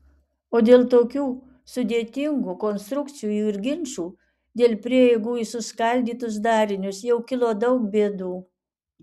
o dėl tokių sudėtingų konstrukcijų ir ginčų dėl prieigų į suskaldytus darinius jau kilo daug bėdų